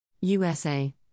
USA